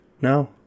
No